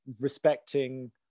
respecting